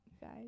guys